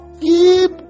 keep